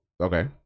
Okay